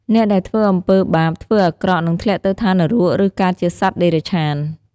អ្នកដែលធ្វើអំពើបាប ធ្វើអាក្រក់ នឹងធ្លាក់ទៅឋាននរក ឬកើតជាសត្វតិរច្ឆាន។